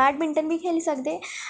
badminton बी खेढी सकदे ते